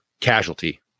casualty